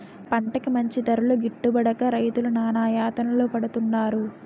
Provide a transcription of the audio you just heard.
పంటకి మంచి ధరలు గిట్టుబడక రైతులు నానాయాతనలు పడుతున్నారు